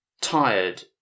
Tired